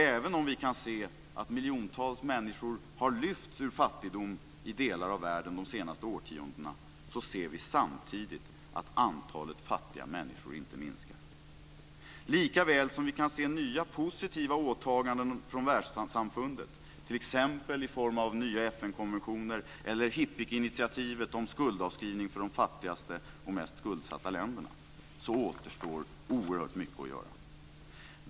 Även om vi kan se att miljontals människor har lyfts ut ur fattigdom i delar av världen de senaste årtiondena ser vi samtidigt att antalet fattiga människor inte minskar. Lika väl som vi kan se nya positiva åtaganden från världssamfundet, t.ex. i form av nya FN-konventioner eller HIPC-initiativet om skuldavskrivning för de fattigaste och mest skuldsatta länderna, återstår ännu oerhört mycket att göra.